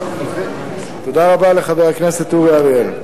תודה רבה לחבר הכנסת אורי אריאל.